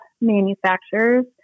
manufacturers